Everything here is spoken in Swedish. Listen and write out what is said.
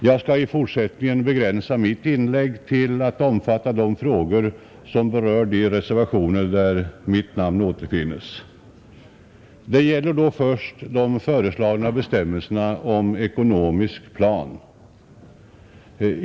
Jag skall i fortsättningen begränsa mitt inlägg till att omfatta frågor som berör de reservationer där mitt namn återfinnes, Det gäller då först föreslagna bestämmelser om ”ekonomisk plan”.